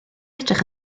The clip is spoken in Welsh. edrych